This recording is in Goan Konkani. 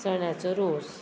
चण्याचो रोस